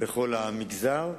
בכל המגזר.